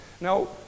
Now